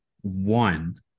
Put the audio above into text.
one